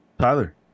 Tyler